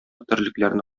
терлекләрне